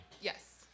Yes